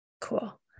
Cool